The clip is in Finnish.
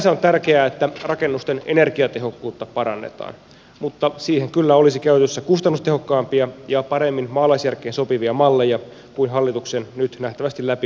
sinänsä on tärkeää että rakennusten energiatehokkuutta parannetaan mutta siihen kyllä olisi käytössä kustannustehokkaampia ja paremmin maalaisjärkeen sopivia malleja kuin hallituksen nyt nähtävästi läpi jyräämä energiatodistus